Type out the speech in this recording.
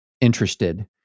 interested